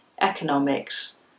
economics